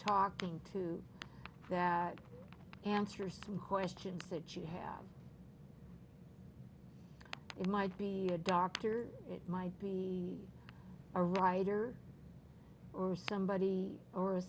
talking to answer some questions that you have it might be your doctor it might be a writer or somebody or a